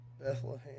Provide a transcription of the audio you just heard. Bethlehem